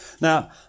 Now